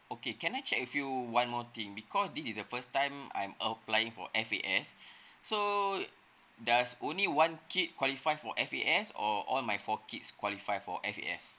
okay can I check with you one more thing because this is the first time I'm applying for F_A_S so does only one kid qualify for F_A_S or all my four kids qualify for F_A_S